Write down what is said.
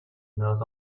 knows